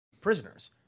prisoners